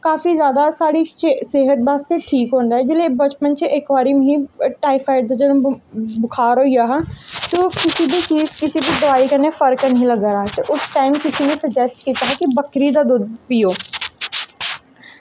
काफी जादा साढ़ी सेह्त बास्तै ठीक होंदा ऐ जेल्लै बचपन च इक बारी मिगी टाईफाइड ते जदूं बखार होई गेआ हा ते ओह् किसै बी चीज किसै बी दवाई कन्नै फर्क नेईं हा लग्गा दा ते उस टाइम किसे ने सुजैस्ट कीता हा कि बक्करी दा दुद्ध पियो